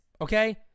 Okay